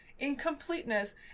incompleteness